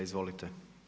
Izvolite.